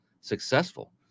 successful